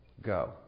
go